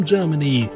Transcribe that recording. Germany